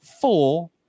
four